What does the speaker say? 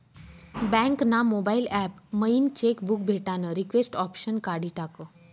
bank ना mobile app मयीन cheque book भेटानं रिक्वेस्ट ऑप्शन काढी टाकं